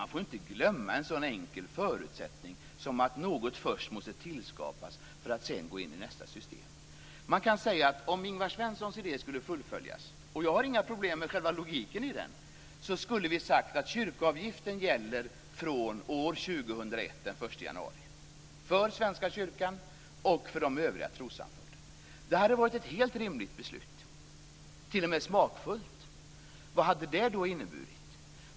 Man får inte glömma en så enkel förutsättning som att något först måste skapas för att sedan gå in i nästa system. Om Ingvar Svenssons idé ska fullföljas - jag har inget problem med själva logiken i idén - skulle vi säga att kyrkoavgiften gäller från den 1 januari 2001 Det hade varit ett helt rimligt beslut, t.o.m. smakfullt. Vad hade det inneburit?